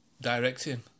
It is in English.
directing